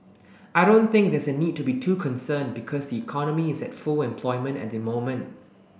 I don't think there's a need to be too concerned because the economy is at full employment at the moment